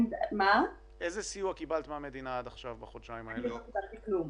לא קיבלתי כלום.